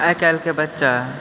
आइकाल्हिके बच्चा